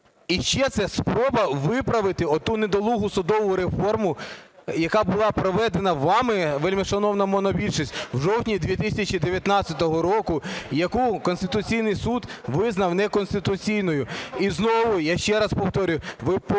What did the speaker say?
І ще це спроба виправити оту недолугу судову реформу, яка була проведена вами, вельмишановна монобільшість, в жовтні 2019 року, яку Конституційний Суд визнав неконституційною. І знову, я ще раз повторюю, ви